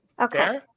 Okay